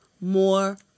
more